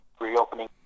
reopening